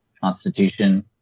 Constitution